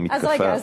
לא מתקפה.